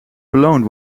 beloond